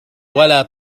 ولا